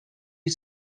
you